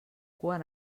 quan